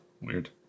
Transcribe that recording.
weird